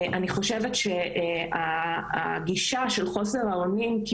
אני חושבת שהגישה של חוסר האונים כי